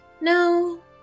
No